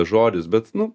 žodis bet nu